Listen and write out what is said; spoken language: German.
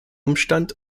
umstand